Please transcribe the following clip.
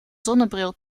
zonnebril